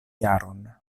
jaron